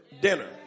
dinner